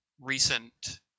recent